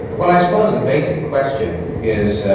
well, i suppose the basic question is,